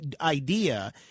idea